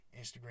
Instagram